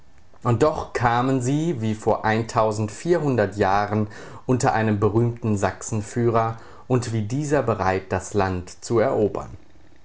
und doch kamen sie wie vor vierhundert jahren unter einem berühmten sachsenführer und wie dieser bereit das land zu erobern